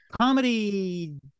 comedy